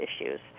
issues